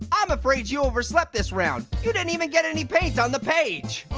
i'm afraid you overslept this round. you didn't even get any paint on the page.